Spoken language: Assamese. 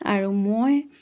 আৰু মই